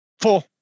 Four